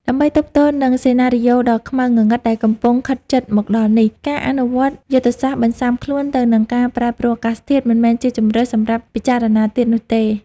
ដើម្បីទប់ទល់នឹងសេណារីយ៉ូដ៏ខ្មៅងងឹតដែលកំពុងខិតជិតមកដល់នេះ ការអនុវត្តយុទ្ធសាស្ត្របន្សុាំខ្លួនទៅនឹងការប្រែប្រួលអាកាសធាតុមិនមែនជាជម្រើសសម្រាប់ពិចារណាទៀតនោះទេ។